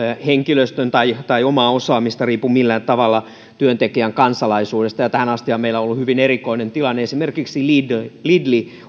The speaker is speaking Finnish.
henkilöstön tai tai omaa osaamistaan riipu millään tavalla työntekijän kansalaisuudesta ja tähänhän asti meillä on ollut hyvin erikoinen tilanne esimerkiksi lidl